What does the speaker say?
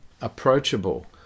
approachable